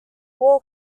war